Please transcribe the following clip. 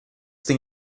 tem